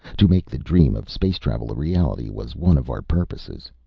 to make the dream of space travel a reality was one of our purposes.